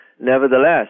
Nevertheless